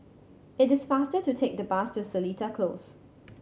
it is faster to take the bus to Seletar Close